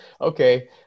okay